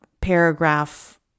paragraph